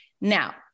Now